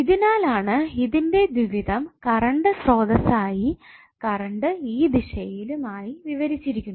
ഇതിനാലാണ് ഇതിന്റെ ദ്വിവിധം കറൻഡ് സ്ത്രോതസ്സ് ആയി കറണ്ട് ഈ ദിശയിലും ആയി വിവരിച്ചിരിക്കുന്നത്